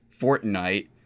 Fortnite